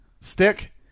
stick